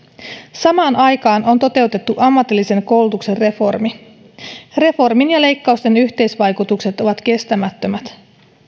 samaan aikaan on toteutettu ammatillisen koulutuksen reformi reformin ja leikkausten yhteisvaikutukset ovat kestämättömät